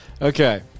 Okay